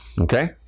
Okay